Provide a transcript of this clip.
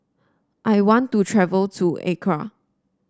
I want to travel to Accra